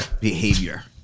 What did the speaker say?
behavior